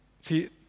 See